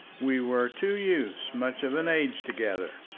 we were two youths much of an age together,